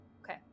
Okay